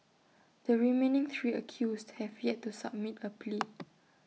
the remaining three accused have yet to submit A plea